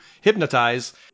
hypnotize